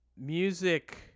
music